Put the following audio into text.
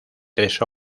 tres